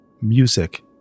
Music